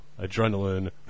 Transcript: adrenaline